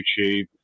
YouTube